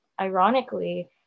ironically